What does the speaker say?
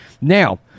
Now